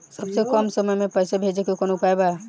सबसे कम समय मे पैसा भेजे के कौन उपाय बा?